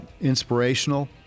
inspirational